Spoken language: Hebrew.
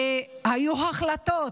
היו החלטות